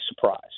surprise